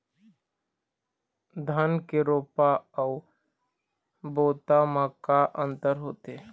धन के रोपा अऊ बोता म का अंतर होथे?